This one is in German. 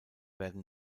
werden